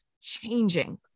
changing